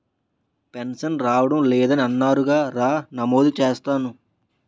pension రావడం లేదని అన్నావుగా రా నమోదు చేస్తాను